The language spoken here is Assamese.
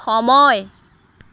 সময়